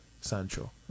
Sancho